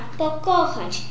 pokochać